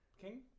King